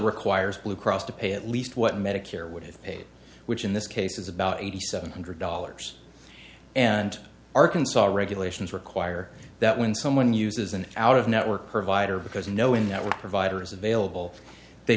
requires blue cross to pay at least what medicare would have paid which in this case is about eighty seven hundred dollars and arkansas regulations require that when someone uses an out of network provider because knowing that we're providers available they